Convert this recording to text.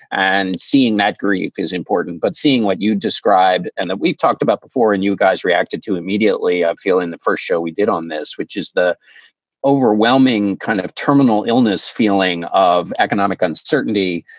and seeing that grief is important. but seeing what you described and that we've talked about before and you guys reacted to immediately ah feeling the first show we did on this, which is the overwhelming kind of terminal illness, feeling of economic uncertainty.